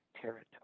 territory